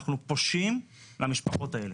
כי אנחנו פושעים למשפחות האלה.